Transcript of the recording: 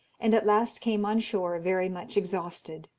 and at last came on shore very much exhausted.